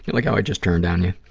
like how i just turned on you,